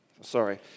Sorry